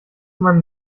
man